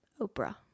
Oprah